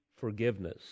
forgiveness